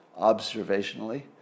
observationally